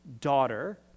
daughter